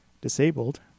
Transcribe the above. disabled